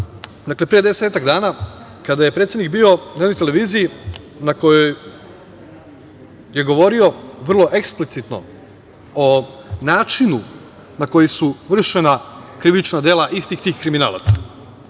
dakle, pre desetak dana, kada je predsednik bio na jednoj televiziji na kojoj je govorio vrlo eksplicitno o načinu na koji su vršena krivična dela istih tih kriminalaca. Ja